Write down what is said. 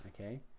Okay